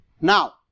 Now